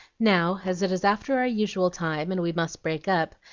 now, as it is after our usual time, and we must break up,